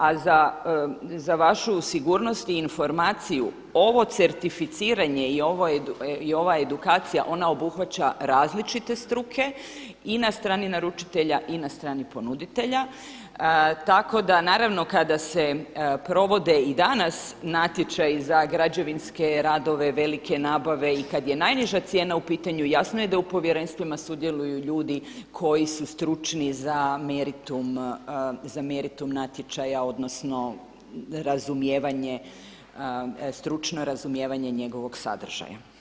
A za vašu sigurnost i informaciju, ovo certificiranje i ova edukacija ona obuhvaća različite struke i na strani naručitelja i na strani ponuditelja, tako da naravno kada se provode i danas natječaji za građevinske radove, velike nabave i kada je najniža cijena u pitanju jasno je da u povjerenstvima sudjeluju ljudi koji su stručni za meritum natječaja odnosno razumijevanje stručno razumijevanje njegovog sadržaja.